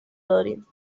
داریم